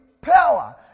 power